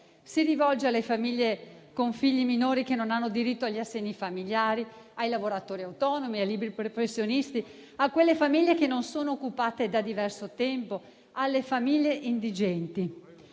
si rivolge alle famiglie con figli minori che non hanno diritto agli assegni familiari: ai lavoratori autonomi, ai liberi professionisti, a quelle famiglie che non sono occupate da diverso tempo, alle famiglie indigenti.